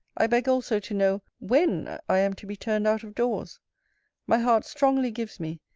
i beg also to know, when i am to be turned out of doors my heart strongly gives me,